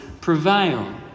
prevail